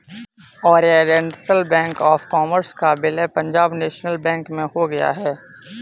Oriental bank of commerce का विलय Punjab national bank में हो गया है